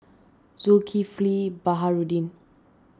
Zulkifli Baharudin